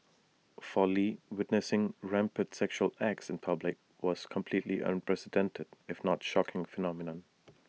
for lee witnessing rampant sexual acts in public was completely unprecedented if not shocking phenomenon